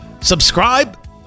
Subscribe